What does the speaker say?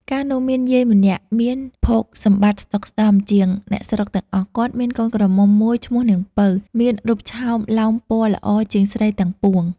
កាលនោះ មានយាយម្នាក់មានភោគសម្បត្តិស្តុកស្តម្ភជាងអ្នកស្រុកទាំងអស់ គាត់មានកូនក្រមុំមួយឈ្មោះនាងពៅ មានរូបឆោមលោមពណ៌‌ល្អជាងស្រីទាំងពួង។